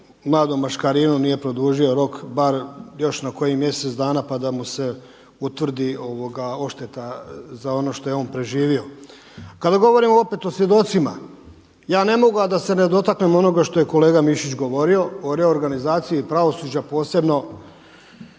mladom Maškarinu nije produžio rok bar još na koji mjesec dana pa da mu se utvrdi odšteta za ono što je on proživio. Kada govorim opet o svjedocima ja ne mogu a da se ne dotaknem onoga što je kolega Mišić govorio o reorganizaciji pravosuđa, posebno